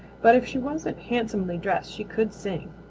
but if she wasn't handsomely dressed she could sing.